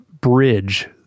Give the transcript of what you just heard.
bridge